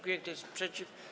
Kto jest przeciw?